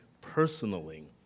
personally